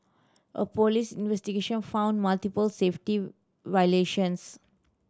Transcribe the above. a police investigation found multiple safety violations